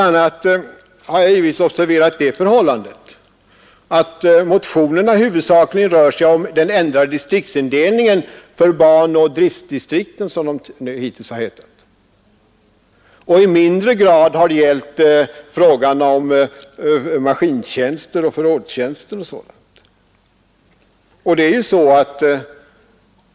a. har jag givetvis observerat att motionerna huvudsakligen rör sig om den ändrade distriktsindelningen för banoch driftdistrikten, som de hittills har hetat, och i mindre grad har gällt maskintjänsten och förrådstjänsten o. d.